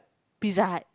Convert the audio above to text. Pizza Hut